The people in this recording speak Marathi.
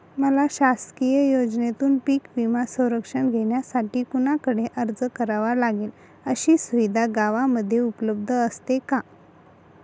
मला शासकीय योजनेतून पीक विमा संरक्षण घेण्यासाठी कुणाकडे अर्ज करावा लागेल? अशी सुविधा गावामध्ये उपलब्ध असते का?